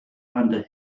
under